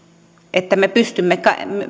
että me pystymme